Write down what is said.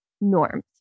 norms